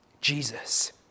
Jesus